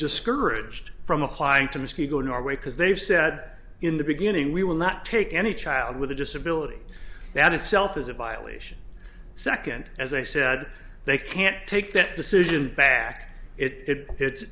discouraged from applying to miskito in norway because they've said in the beginning we will not take any child with a disability that itself is a violation second as i said they can't take that decision back it hits it